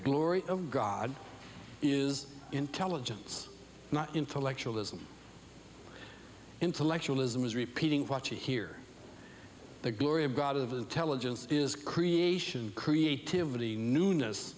glory of god is intelligence not intellectual is an intellectual isn't is repeating what you hear the glory of god of intelligence is creation creativity newness